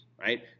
Right